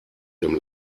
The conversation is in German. dem